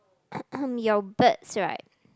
your birds right